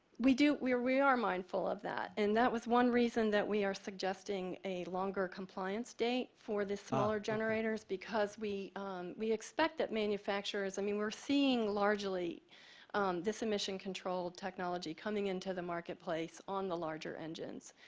we do we are we are mindful of that. and that was one reason that we are suggesting a longer compliance date for the smaller generators because we we expect that manufacturers i mean we're seeing largely this emission control technology coming in to the marketplace on the larger engines.